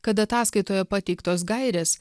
kad ataskaitoje pateiktos gairės